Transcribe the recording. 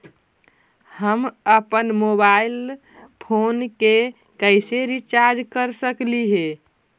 हम अप्पन mobile phone के कैसे रिचार्ज कर सकली हे?